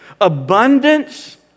abundance